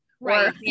right